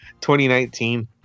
2019